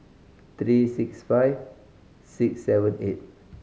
three six five six seven eight